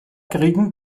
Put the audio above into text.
kriegen